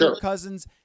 Cousins